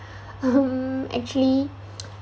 hmm actually